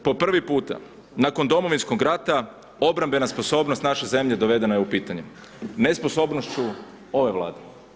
I na kraju, po prvi puta nakon Domovinskog rata obrambena sposobnost naše zemlje dovedena je u pitanje, nesposobnošću ove Vlade.